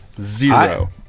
Zero